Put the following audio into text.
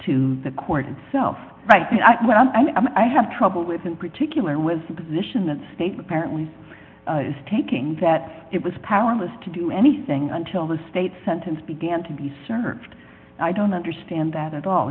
to the court itself right when i'm i have trouble with in particular with the position that state parent was taking that it was powerless to do anything until the state sentence began to be served i don't understand that at all